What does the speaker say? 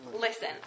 Listen